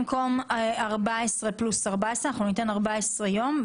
במקום 14 פלוס 14 אנחנו ניתן 14 יום.